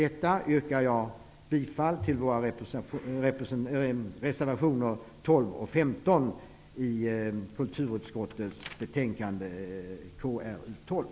Jag yrkar bifall till reservationerna 1 och 2 i kulturutskottets betänkande 12.